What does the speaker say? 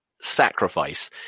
Sacrifice